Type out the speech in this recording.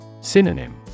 Synonym